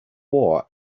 war